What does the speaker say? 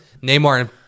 Neymar